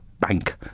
bank